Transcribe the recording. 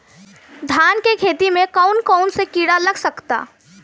धान के खेती में कौन कौन से किड़ा लग सकता?